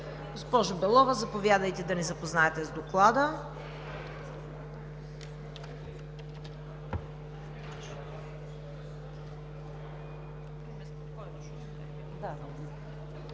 Госпожо Белова, заповядайте да ни запознаете с Доклада.